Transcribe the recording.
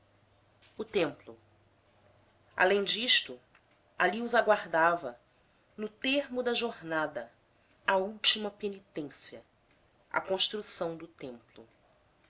o templo além disto ali os aguardava no termo da jornada a última penitência a construção do templo